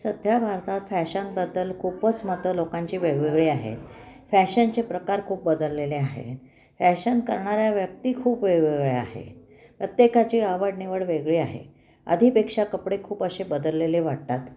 सध्या भारतात फॅशनबद्दल खूपच मतं लोकांची वेगवेगळी आहेत फॅशनचे प्रकार खूप बदललेले आहेत फॅशन करणाऱ्या व्यक्ती खूप वेगवेगळ्या आहे प्रत्येकाची आवड निवड वेगळी आहे आधीपेक्षा कपडे खूप असे बदललेले वाटतात